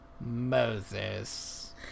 Moses